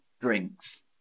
drinks